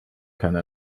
keine